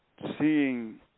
seeing